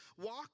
Walk